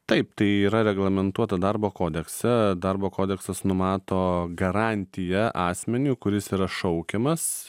taip tai yra reglamentuota darbo kodekse darbo kodeksas numato garantiją asmeniui kuris yra šaukiamas